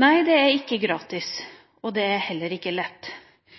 Nei, det er ikke gratis, og det er heller ikke lett.